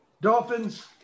Dolphins